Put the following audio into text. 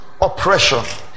oppression